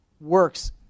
works